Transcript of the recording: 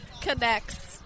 connects